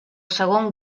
segon